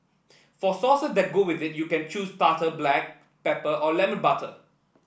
for sauces that go with it you can choose tartar black pepper or lemon butter